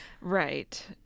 Right